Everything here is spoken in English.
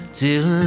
till